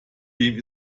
dem